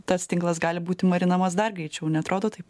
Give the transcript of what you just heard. tas tinklas gali būti marinamas dar greičiau neatrodo taip